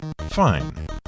fine